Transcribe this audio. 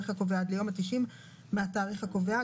הקובע ועד ליום ה-90 מהתאריך הקובע,